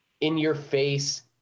in-your-face